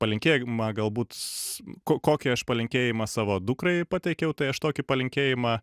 palinkėjimą galbūt s ko kokį aš palinkėjimą savo dukrai pateikiau tai aš tokį palinkėjimą